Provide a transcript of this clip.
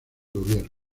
gobierno